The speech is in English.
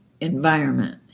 environment